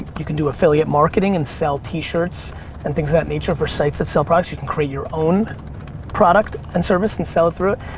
you can do affiliate marketing and sell t-shirts and things of that nature for sites that sell products. you can create your own product and service and sell it through.